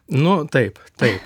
nu taip taip